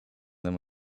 them